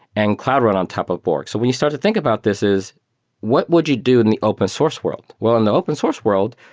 and cloud run on top of bork. so when you start to think about this is what would you do in the open source world? well, on the open source world,